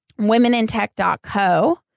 womenintech.co